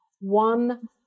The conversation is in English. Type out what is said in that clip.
one